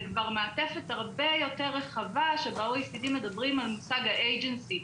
זה כבר מעטפת הרבה יותר רחבה שב-OECD מדברים על מושג ה"אייג'נסי".